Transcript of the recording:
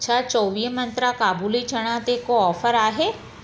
छा चोवीह मंत्रा काबुली चणा ते कोई ऑफर आहे